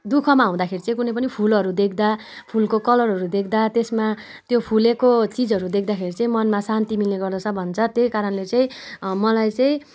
दुखमा हुँदाखेरि चाहिँ कुनै पनि फुलहरू देख्दा फुलको कलरहरू देख्दा त्यसमा त्यो फुलेको चिजहरू देख्दाखेरि चाहिँ मनमा शान्ति मिल्ने गर्दछ भन्छ त्यही कारणले चाहिँ मलाई चाहिँ